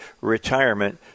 retirement